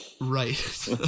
Right